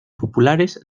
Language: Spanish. populares